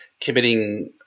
committing